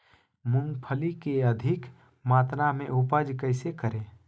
मूंगफली के अधिक मात्रा मे उपज कैसे करें?